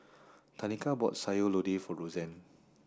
Tanika bought Sayur Lodeh for Rozanne